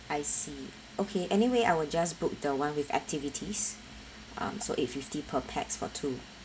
I see okay anyway I will just book the one with activities um so eight fifty per pax for two